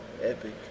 epic